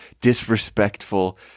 disrespectful